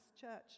church